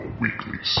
weekly